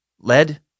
lead